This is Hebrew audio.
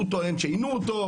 הוא טוען שעינו אותו,